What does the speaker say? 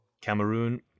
Cameroon